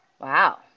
Wow